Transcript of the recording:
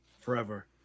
forever